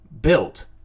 built